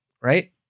right